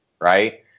right